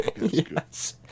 Yes